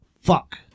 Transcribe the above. fuck